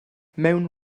mewn